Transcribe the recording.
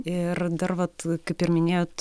ir dar vat kaip ir minėjot